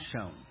shown